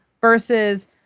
versus